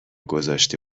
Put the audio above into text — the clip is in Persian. گذاشته